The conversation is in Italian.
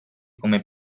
come